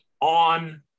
on